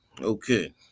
okay